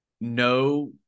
no